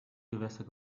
gewässer